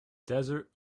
desert